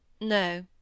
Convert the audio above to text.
No